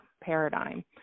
paradigm